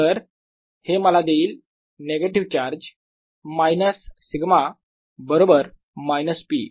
तर हे मला देईल निगेटिव चार्ज मायनस σ बरोबर मायनस p